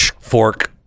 Fork